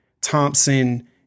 Thompson